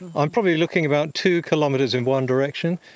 i'm probably looking about two kilometres in one direction,